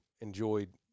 enjoyed